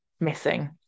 missing